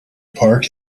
park